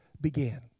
began